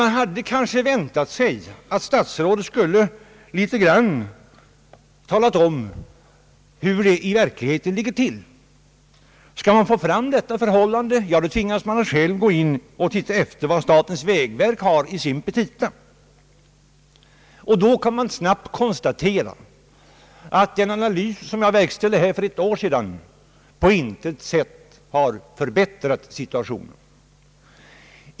Man hade kanske väntat sig att statsrådet skulle, åtminstone i viss mån, tala om hur det i verkligheten ligger till. Skall man få fram det verkliga förhållandet tvingas man själv se efter vad statens vägverk begär i sina petita. Man kan lätt konstatera att den analys jag gjorde för ett år sedan på inte sätt har förbättrat situationen.